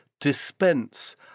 dispense